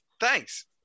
thanks